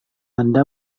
anda